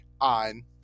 on